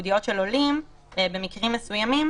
שוויון כל זמן שאתם לא מסדירים את הדבר